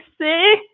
see